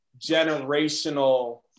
generational